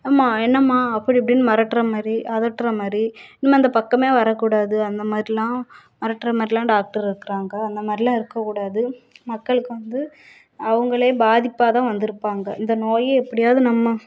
அம்மா என்னம்மா அப்படி இப்படின்னு மிரட்டுற மாதிரி அதட்டுற மாதிரி இனிமே இந்த பக்கமே வரக்கூடாது அந்த மாதிரில்லான் மிரட்டுற மாதிரிலான் டாக்ட்ரு இருக்கிறாங்க அந்த மாதிரில்லான் இருக்கக்கூடாது மக்களுக்கு வந்து அவங்களே பாதிப்பாகதான் வந்துருப்பாங்க இந்த நோயை எப்படியாவது நம்ம